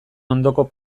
ondoko